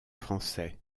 français